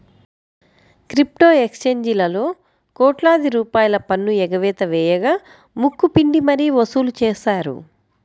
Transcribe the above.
crypto ఎక్స్చేంజీలలో కోట్లాది రూపాయల పన్ను ఎగవేత వేయగా ముక్కు పిండి మరీ వసూలు చేశారు